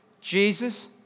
Jesus